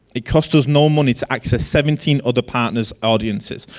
it cost us no money to access seventeen other partners audiences,